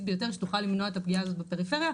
ביותר שתוכל למנוע את הפגיעה הזאת בפריפריה.